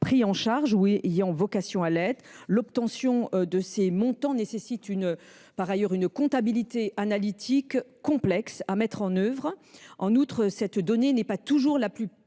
pris en charge ou ayant vocation à l’être. Or l’obtention de ces montants nécessite une comptabilité analytique complexe à mettre en œuvre. En outre, cette donnée n’est pas toujours la plus